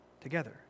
together